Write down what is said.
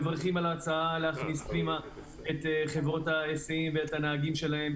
מברכים על ההצעה להכניס פנימה את חברות ההיסעים ואת הנהגים שלהן.